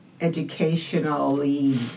educationally